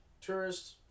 tourists